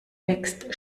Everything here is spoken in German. wächst